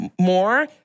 more